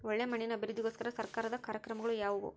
ಒಳ್ಳೆ ಮಣ್ಣಿನ ಅಭಿವೃದ್ಧಿಗೋಸ್ಕರ ಸರ್ಕಾರದ ಕಾರ್ಯಕ್ರಮಗಳು ಯಾವುವು?